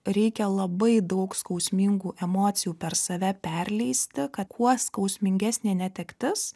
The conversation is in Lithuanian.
reikia labai daug skausmingų emocijų per save perleisti kad kuo skausmingesnė netektis